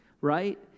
right